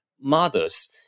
mothers